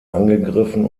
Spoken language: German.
angegriffen